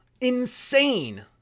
Insane